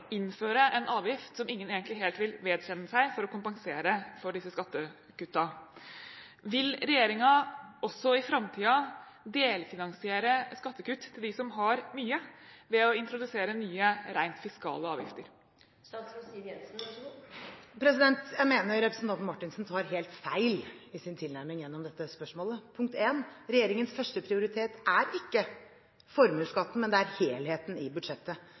innføre en avgift som ingen egentlig helt vil vedkjenne seg, for å kompensere for disse skattekuttene. Vil regjeringen også i framtiden delfinansiere skattekutt til dem som har mye, ved å introdusere nye rent fiskale avgifter? Jeg mener representanten Marthinsen tar helt feil i sin tilnærming gjennom dette spørsmålet. Regjeringens førsteprioritet er ikke formuesskatten, men det er helheten i budsjettet.